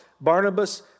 Barnabas